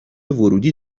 ورودی